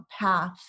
path